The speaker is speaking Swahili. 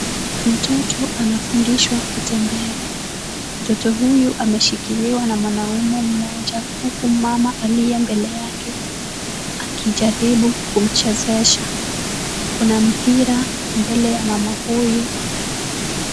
Mtoto anafundishwa kutembea. Mtoto huyu ameshikiliwa na mwanaume mmoja huku mama aliye mbele yake akijaribu kumchezesha. Kuna mpira mbele ya mama huyu.